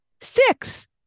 six